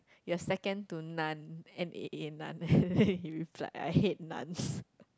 you are second to naan and I ate naan you replied I hate naan